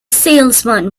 salesman